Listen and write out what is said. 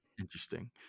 Interesting